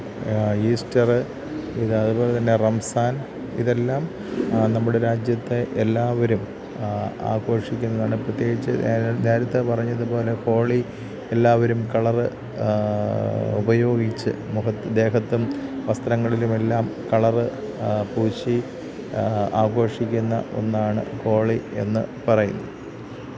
Easter പിന്നതുപോലെതന്നെ റംസാന് ഇതെല്ലാം നമ്മുടെ രാജ്യത്തെ എല്ലാവരും ആഘോഷിക്കുന്നതാണ് പ്രത്യേകിച്ച് നേരത്തെ പറഞ്ഞതുപോലെ ഹോളി എല്ലാവരും കളര് ഉപയോഗിച്ച് മുഖത്ത് ദേഹത്തും വസ്ത്രങ്ങളിലും എല്ലാം കളര് പൂശി ആഘോഷിക്കുന്ന ഒന്നാണ് ഹോളി എന്ന് പറയുന്നത്